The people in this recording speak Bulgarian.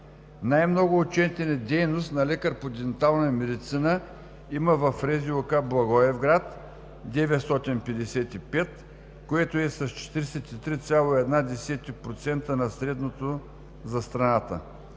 Най-много отчетена дейност на лекар по дентална медицина има в РЗОК – Благоевград: 955, което е с 43,1% над средното за страната.